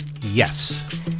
Yes